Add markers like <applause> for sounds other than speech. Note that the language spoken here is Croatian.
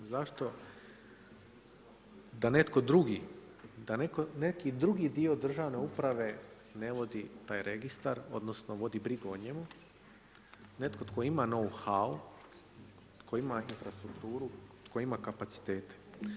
Zašto da netko drugi, da neki drugi dio državne uprave ne vodi taj registar, odnosno, vodi brigu o njemu, netko tko ima … <unintelligible> tko ima infrastrukturu, tko ima kapacitete.